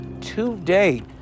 today